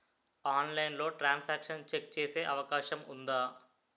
ఆన్లైన్లో transaction check చేసే అవకాశం ఉందా?